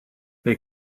they